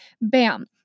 Bam